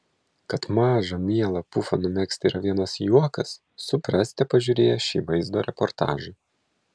kad mažą mielą pufą numegzti yra vienas juokas suprasite pažiūrėję šį vaizdo reportažą